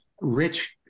rich